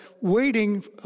waiting